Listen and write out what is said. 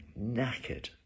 knackered